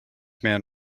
man